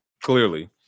Clearly